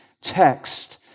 text